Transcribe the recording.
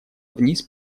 вниз